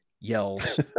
yells